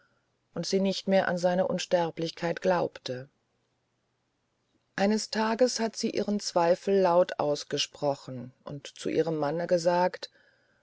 und sie nicht mehr an seine unsterblichkeit glaubte eines tages hat sie ihren zweifel laut ausgesprochen und zu ihrem manne gesagt